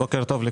שלום,